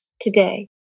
today